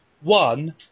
One